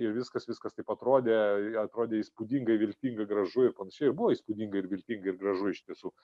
viskas viskas taip atrodė atrodė įspūdingai viltinga gražu čia ir buvo įspūdinga ir viltinga ir gražu iš tiesų